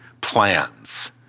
plans